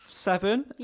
seven